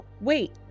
wait